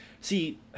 See